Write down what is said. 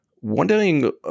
Wondering